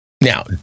now